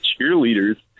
cheerleaders